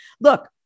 look